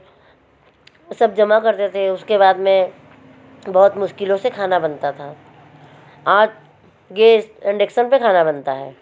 सब जमा करते थे उसके बाद में बहुत मुश्किलों से खाना बनता था आ गेस अनडेक्टन पर खाना बनता है